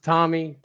Tommy